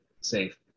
safe